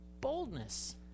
boldness